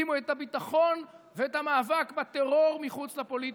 שימו את הביטחון ואת המאבק בטרור מחוץ לפוליטיקה.